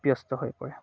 ব্যস্ত হৈ পৰে